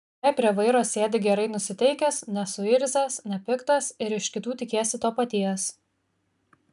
jei prie vairo sėdi gerai nusiteikęs nesuirzęs nepiktas ir iš kitų tikiesi to paties